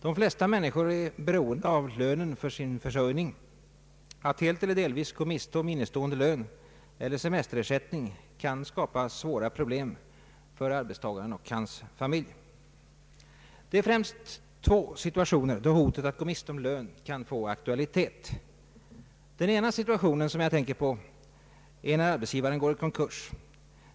De flesta människorna är beroende av lönen för sin försörjning. Att helt eller delvis gå miste om innestående lön eller semesterersättning kan skapa svåra problem för arbetstagaren och hans familj. Det är främst två situationer då hotet att gå miste om lön kan få aktualitet. Den ena situationen som jag tänker på är när arbetsgivaren går i konkurs.